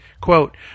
Quote